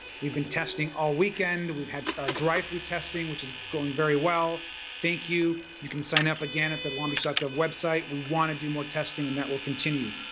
we've been testing all weekend. we've had our drive-through testing which is going very well, thank you, you can sign up again at the longbeach gov website. we want to do more testing and that will continue.